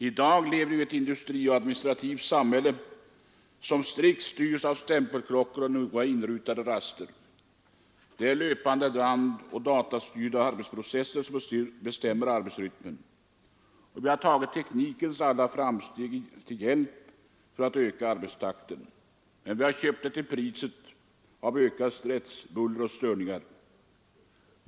I dag lever vi i ett industrisamhälle och administrativt samhälle som strikt styrs av stämpelklockor och noga inrutade raster. Det är löpande band och datastyrda arbetsprocesser som bestämmer arbetsrytmen. Vi har tagit teknikens alla framsteg till hjälp för att öka arbetstakten. Men vi har köpt detta till priset av ökad stress, buller och störningar.